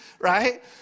right